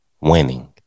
winning